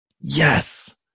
yes